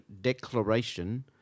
declaration